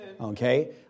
Okay